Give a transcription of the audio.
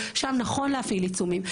שם נכון להפעיל עיצומים.